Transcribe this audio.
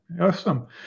awesome